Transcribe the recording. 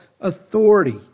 authority